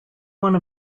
one